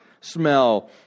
smell